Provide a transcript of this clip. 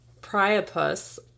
Priapus